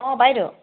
অ বাইদেউ